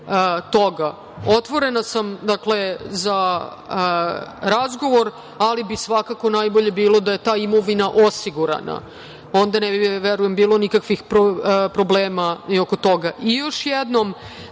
sam, dakle, za razgovor, ali bi svakako najbolje bilo da je ta imovina osigurana i onda ne bi, verujem, bilo nikakvih problema oko toga. Još